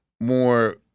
more